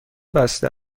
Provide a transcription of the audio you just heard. بسته